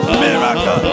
miracle